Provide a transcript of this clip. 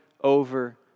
over